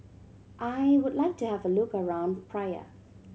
I would like to have a look around Praia